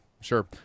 sure